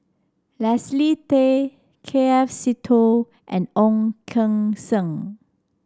Leslie Tay K F Seetoh and Ong Keng Sen